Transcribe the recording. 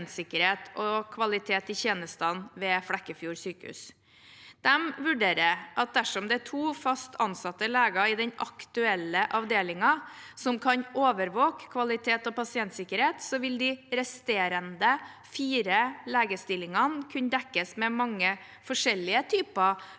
og kvalitet i tjenestene ved Flekkefjord sykehus. De vurderer det dithen at dersom det er to fast ansatte leger i den aktuelle avdelingen som kan overvåke kvalitet og pasientsikkerhet, vil de resterende fire legestillingene kunne dekkes med mange forskjellige typer